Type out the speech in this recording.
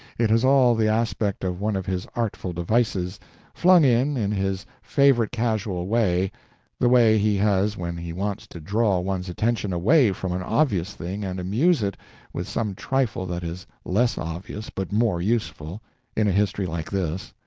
it has all the aspect of one of his artful devices flung in in his favorite casual way the way he has when he wants to draw one's attention away from an obvious thing and amuse it with some trifle that is less obvious but more useful in a history like this.